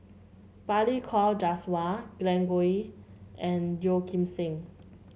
Balli Kaur Jaswal Glen Goei and Yeoh Ghim Seng